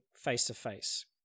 face-to-face